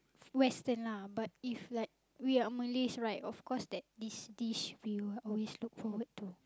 Western lah but if like we are Malays right of course that this dish we will always look forward to